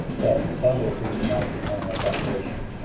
yeah, this sounds like a pretty dramatic decline in their population. oh,